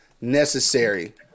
necessary